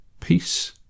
Peace